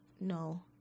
No